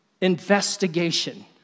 investigation